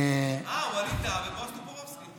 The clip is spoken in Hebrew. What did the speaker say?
אה, ווליד טאהא ובועז טופורובסקי.